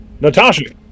Natasha